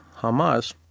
Hamas